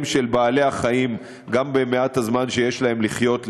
של בעלי-החיים גם במעט הזמן שיש להם לחיות,